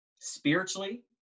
spiritually